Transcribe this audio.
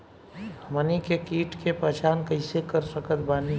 हमनी के कीट के पहचान कइसे कर सकत बानी?